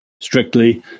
strictly